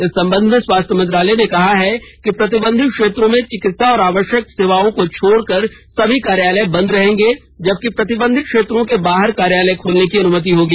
इस संबंध में स्वास्थ्य मंत्रालय ने कहा है कि प्रतिबंधित क्षेत्रों में चिकित्सा और आवश्यक सेवाओं को छोड़कर सभी कार्यालय बंद रहेंगे जबकि प्रतिबंधित क्षेत्रों के बाहर कार्यालय खोलने की अनुमति होगी